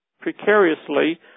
precariously